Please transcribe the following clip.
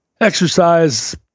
exercise